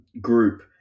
group